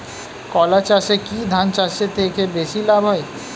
কলা চাষে কী ধান চাষের থেকে বেশী লাভ হয়?